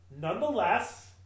nonetheless